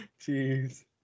Jeez